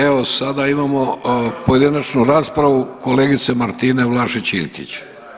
Evo, sada imamo pojedinu raspravu kolegice Martine Vlašić Iljkić.